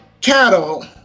Cattle